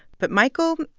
but michael,